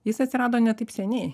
jis atsirado ne taip seniai